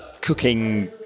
cooking